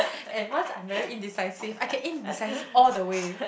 once I'm very indecisive I can indecisive all the way